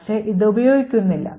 പക്ഷേ ഇത് ഉപയോഗിക്കുന്നില്ല